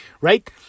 Right